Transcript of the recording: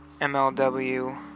MLW